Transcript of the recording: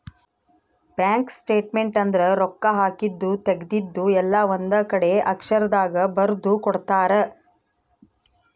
bank statement ಅಂದ್ರ ರೊಕ್ಕ ಹಾಕಿದ್ದು ತೆಗ್ದಿದ್ದು ಎಲ್ಲ ಒಂದ್ ಕಡೆ ಅಕ್ಷರ ದಾಗ ಬರ್ದು ಕೊಡ್ತಾರ